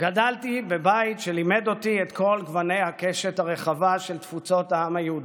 גדלתי בבית שלימד אותי את כל גוני הקשת הרחבה של תפוצות העם היהודי: